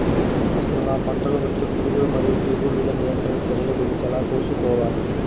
అసలు నా పంటలో వచ్చే పురుగులు మరియు తెగులుల నియంత్రణ చర్యల గురించి ఎలా తెలుసుకోవాలి?